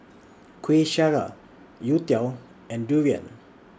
Kuih Syara Youtiao and Durian